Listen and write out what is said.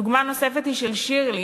דוגמה נוספת היא של שירלי,